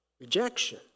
rejection